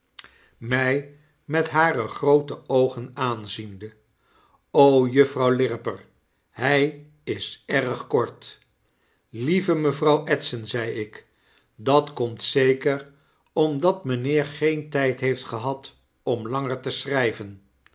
eindelflkmij met hare groote oogen aanziende juffrouw lirriper hy is erg kort lieve mevrouw edson zei ik dat komt zeker omdat mijnheer geen tijd heeft gehad om langer te schrgven